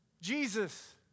Jesus